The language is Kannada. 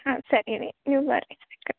ಹಾಂ ಸರಿ ರೀ ನೀವು ಬರ್ರಿ ಕಟ್